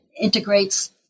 integrates